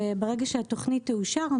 ברגע שהתוכנית תאושר,